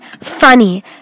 funny